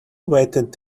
waited